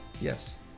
Yes